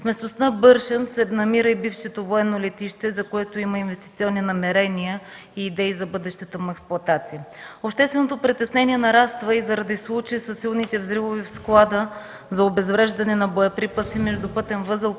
В местността „Бършен” се намира и бившето военно летище, за което има инвестиционни намерения и идеи за бъдещата му експлоатация. Общественото притеснение нараства и заради случая със силните взривове в склада за обезвреждане на боеприпаси между пътен възел